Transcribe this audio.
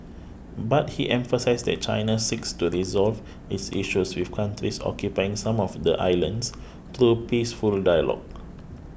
but he emphasised that China seeks to resolve its issues with countries occupying some of the islands through peaceful dialogue